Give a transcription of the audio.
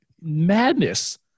madness